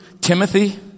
Timothy